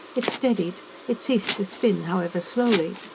it steadied. it ceased to spin, however slowly.